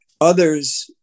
others